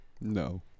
No